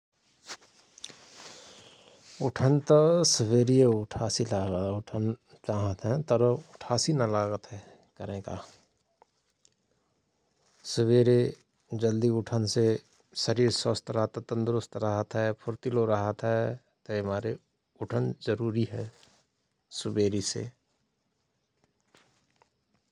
उठन त सुवेरिय उठासी लागत उठन चाँहत हयं तर उठासी ना लागत हय करंयका । सुवेरे जल्दी उठनसे शरीर स्वस्थ रहतहय तन्दुरस्त रहत हय फुर्तिलो रहतहय तहिमारे उठन जरुरी हय सुवेरिसे ।